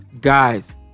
guys